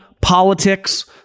politics